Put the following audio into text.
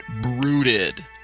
brooded